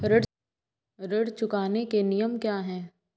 ऋण चुकाने के नियम क्या हैं?